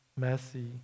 Messy